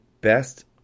best